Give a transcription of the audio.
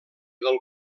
del